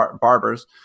barbers